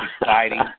exciting